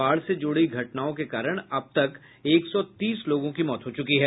बाढ़ से जुड़ी घटनाओं के कारण अब तक एक सौ तीस लोगों की मौत हो चुकी है